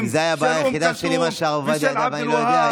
אם זו הייתה הבעיה היחידה שלי במה שהרב עובדיה ידע ואני לא יודע,